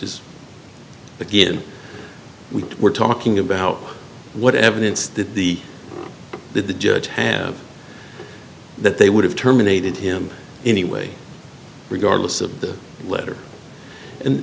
is again we were talking about what evidence that the that the judge have that they would have terminated him anyway regardless of the letter and